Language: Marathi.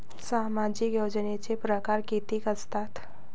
सामाजिक योजनेचे परकार कितीक असतात?